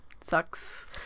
Sucks